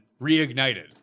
reignited